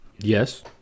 Yes